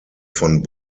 von